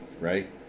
Right